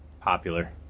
popular